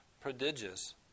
prodigious